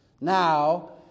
now